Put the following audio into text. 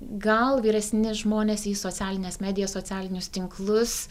gal vyresni žmonės į socialines medijas socialinius tinklus